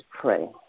pray